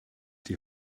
die